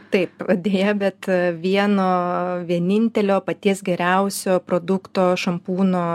taip deja bet vieno vienintelio paties geriausio produkto šampūno